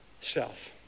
self